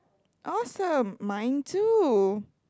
awesome mine too